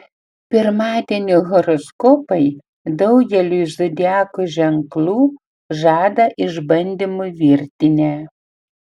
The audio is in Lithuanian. pirmadienio horoskopai daugeliui zodiako ženklų žada išbandymų virtinę